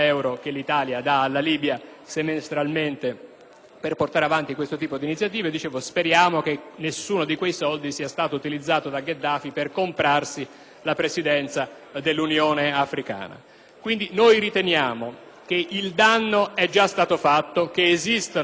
per portare avanti questi tipo di iniziative: speriamo che quei soldi non siano stati utilizzati da Gheddafi per comprarsi la Presidenza dell'Unione Africana. Quindi, noi riteniamo che il danno sia già stato fatto e che esistano, purtroppo, non soltanto i numeri della maggioranza ma